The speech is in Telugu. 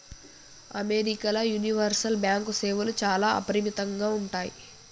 అమెరికాల యూనివర్సల్ బ్యాంకు సేవలు చాలా అపరిమితంగా ఉంటయ్